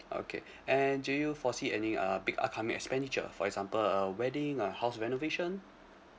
okay and do you foresee any uh big upcoming expenditure for example uh wedding uh house renovation